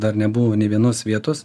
dar nebuvo nė vienos vietos